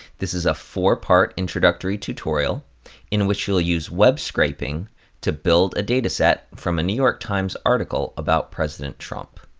this is a four part introductory tutorial in which you'll use web scraping to build a dataset from a new york times article about president trump.